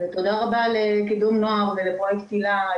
ותודה רבה לקידום נוער ולפרויקט היל"ה,